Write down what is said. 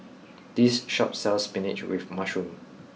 this shop sells Spinach with mushroom